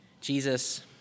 Jesus